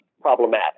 problematic